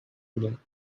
engine